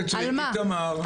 איתמר.